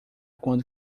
quando